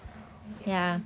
okay okay